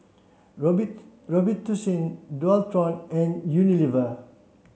Robitussin Dualtron and Unilever